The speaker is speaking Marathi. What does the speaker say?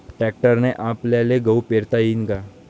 ट्रॅक्टरने आपल्याले गहू पेरता येईन का?